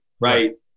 right